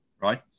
right